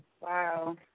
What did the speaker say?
Wow